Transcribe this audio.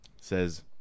says